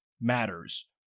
matters